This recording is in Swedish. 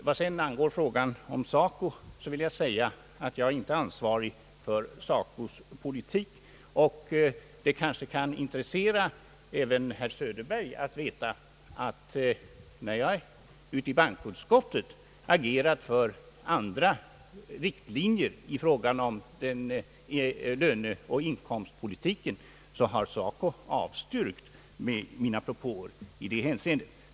Vad sedan angår frågan om SACO vill jag säga, att jag inte är ansvarig för SACO:s politik. Det kanske kan intressera herr Söderberg att veta, att när jag i bankoutskottet agerat för andra riktlinjer i fråga om löneoch inkomstpolitiken har SACO avstyrkt mina propåer i det hänseendet.